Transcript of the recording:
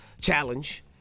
challenge